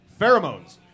pheromones